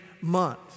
month